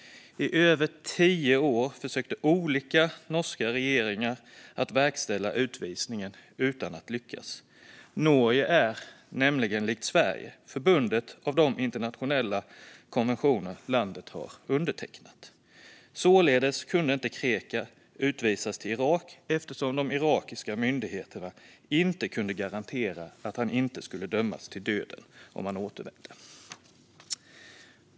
I över tio år försökte olika norska regeringar verkställa utvisningen utan att lyckas. Norge är nämligen, likt Sverige, bundet av de internationella konventioner som landet har undertecknat. Således kunde Krekar inte utvisas till Irak, eftersom de irakiska myndigheterna inte kunde garantera att han inte skulle dömas till döden om han återvände.